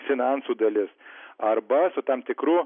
finansų dalis arba su tam tikru